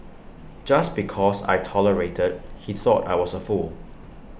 just because I tolerated he thought I was A fool